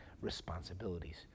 responsibilities